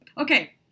Okay